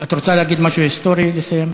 את רוצה להגיד משהו היסטורי, לסיים?